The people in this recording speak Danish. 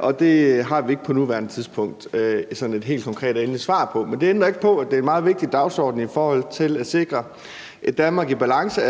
og det har vi ikke på nuværende tidspunkt sådan et helt konkret og endeligt svar på. Men det ændrer ikke på, at det er en meget vigtig dagsorden i forhold til at sikre et Danmark i balance,